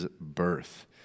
birth